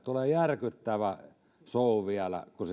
tulee järkyttävä show vielä kun